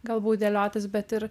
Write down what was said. galbūt dėliotis bet ir